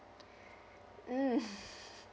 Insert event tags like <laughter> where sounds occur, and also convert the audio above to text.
<breath> <laughs> mm